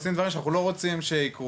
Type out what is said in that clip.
עושים דברים שאנחנו לא רוצים שיקרו,